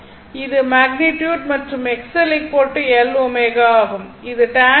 இது மேக்னிட்யுட் மற்றும் XL L ω ஆகும்